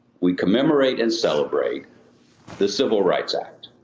we commemorate and celebrate the civil rights act,